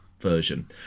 version